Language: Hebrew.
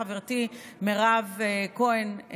חברתי מירב כהן,